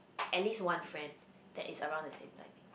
at least one friend that is around the same timing